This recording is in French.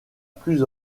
plus